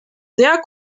sehr